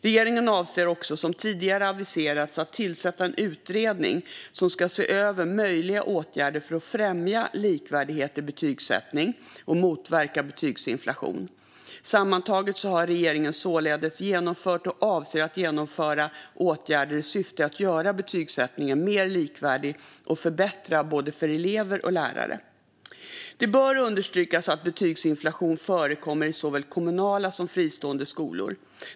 Regeringen avser också, som tidigare aviserats, att tillsätta en utredning som ska se över möjliga åtgärder för att främja likvärdighet i betygsättning och motverka betygsinflation. Sammantaget har regeringen således genomfört och avser att genomföra åtgärder i syfte att göra betygsättningen mer likvärdig och förbättra för både elever och lärare. Det bör understrykas att betygsinflation förekommer i såväl kommunala som fristående skolor.